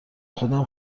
خودم